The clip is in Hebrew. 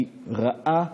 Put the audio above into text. היא רעה,